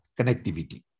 connectivity